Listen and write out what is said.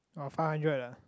uh five hundred ah